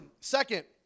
Second